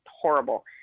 horrible